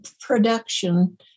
production